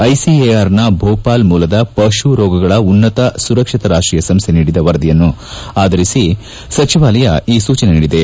ಐಸಿಎಆರ್ನ ಭೂಪಾಲ್ ಮೂಲದ ಪಶು ರೋಗಗಳ ಉನ್ನತ ಸುರಕ್ಷತಾ ರಾಷ್ಷೀಯ ಸಂಸ್ಲೆ ನೀಡಿದ ವರದಿಯನ್ನು ಆಧರಿಸಿ ಸಚಿವಾಲಯ ಈ ಸೂಚನೆ ನೀಡಿದೆ